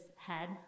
head